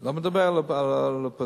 לא מדבר על האופוזיציה,